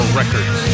records